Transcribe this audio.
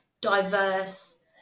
diverse